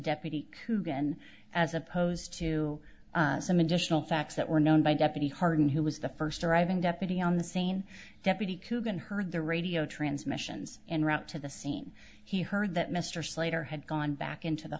deputy who can as opposed to some additional facts that were known by deputy hardin who was the first arriving deputy on the scene deputy kugan heard the radio transmissions and route to the scene he heard that mr slater had gone back into the